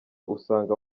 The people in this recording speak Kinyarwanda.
usanga